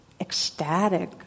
ecstatic